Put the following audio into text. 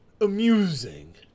Amusing